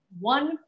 One